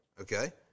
okay